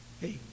hey